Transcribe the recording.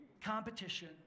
competition